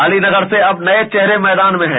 अलीनगर से अब नये चेहरे मैदान में हैं